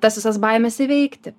tas visas baimes įveikti